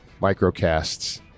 microcasts